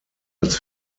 als